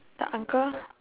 the uncle